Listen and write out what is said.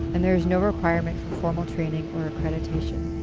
and there is no requirement for formal training or accreditation.